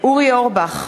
אורי אורבך,